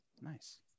nice